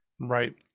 Right